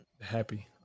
happy